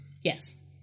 Yes